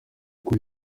kuko